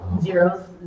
Zeros